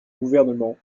gouvernement